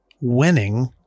winning